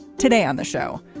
today on the show,